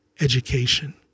education